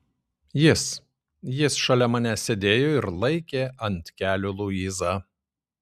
jis jis šalia manęs sėdėjo ir laikė ant kelių luizą